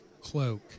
cloak